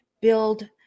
build